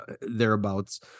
thereabouts